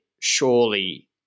surely